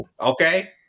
Okay